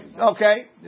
Okay